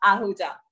Ahuja